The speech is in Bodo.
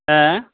मा